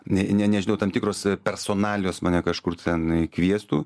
ne nė nežinau tam tikros personalijos mane kažkur tenai kviestų